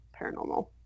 paranormal